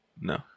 No